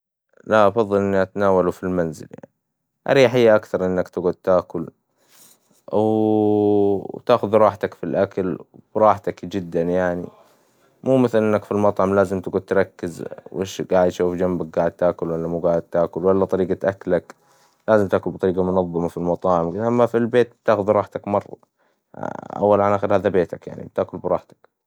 لا، أفظل اني اتناوله في المنزل، أريحية أكثر انك تقعد تاكل، وتاخذ راحتك في الأكل، وراحتك جداً يعني، مو مثلاً انك في المطعم لازم تقعد تركز، وش قاعد شوي جنبك، قاعد تاكل ولا مو قاعد تاكل، ولا طريقة أكلك، لازم تاكل بطريقة منظمة في المطاعم، أما في البيت تاخد راحتك مرة، أول عن إخر هدا بيتك، يعني تاكل براحتك.